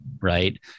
right